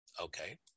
Okay